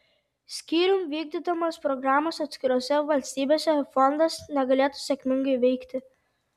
skyrium vykdydamas programas atskirose valstybėse fondas negalėtų sėkmingai veikti